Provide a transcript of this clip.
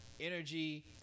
energy